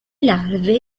larve